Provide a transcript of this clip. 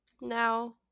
Now